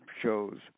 shows